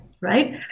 right